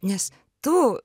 nes tu